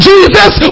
Jesus